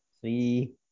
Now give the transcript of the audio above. three